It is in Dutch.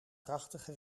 prachtige